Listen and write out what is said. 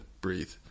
breathe